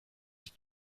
die